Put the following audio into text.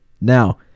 Now